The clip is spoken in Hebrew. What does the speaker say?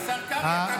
השר קרעי,